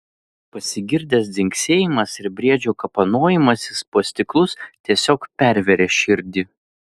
pasigirdęs dzingsėjimas ir briedžio kapanojimasis po stiklus tiesiog pervėrė širdį